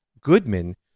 Goodman